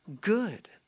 good